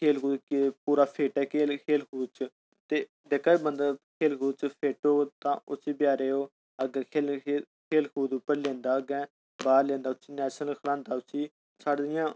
खेल कूद च पूरा फिट ऐ एह् खेल कूद च जेह्का बंदा खेल कूद च फिट होऐ उसी बचारे गी ओह् खेल कूद उप्पर लेंदा अग्गेै बाह्र लेंदा उसी नैशनल खढांदा उसी साढ़ा